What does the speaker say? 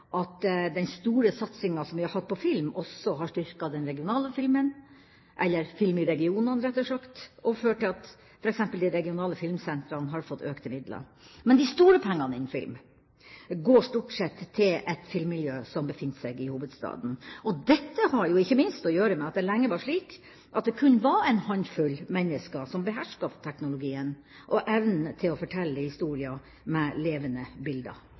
at den store satsinga som vi har hatt på film, også har styrket film i regionene, og har ført til at f.eks. de regionale filmsentrene har fått økte midler. Men de store pengene innen film går stort sett til et filmmiljø som befinner seg i hovedstaden, og dette har ikke minst å gjøre med at det lenge var slik at det kun var en håndfull mennesker som behersket teknologien og evnen til å fortelle historien med levende bilder.